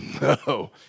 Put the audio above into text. no